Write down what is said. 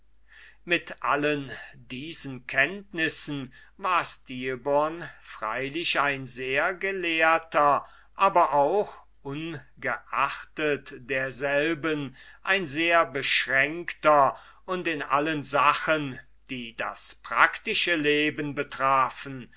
mit allen diesen kenntnissen war stilbon freilich ein sehr gelehrter aber auch ungeachtet derselben ein sehr beschränkter und in allen sachen die das praktische leben betrafen